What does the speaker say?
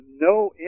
no